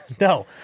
No